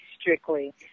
strictly